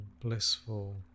blissful